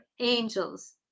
angels